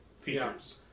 features